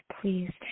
please